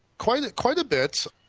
quite quite a bit.